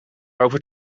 over